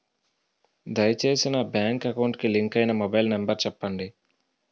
దయచేసి నా bank account కి లింక్ అయినా మొబైల్ నంబర్ చెప్పండి